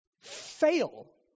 Fail